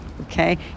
okay